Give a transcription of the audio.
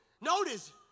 Notice